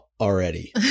Already